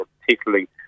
particularly